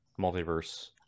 multiverse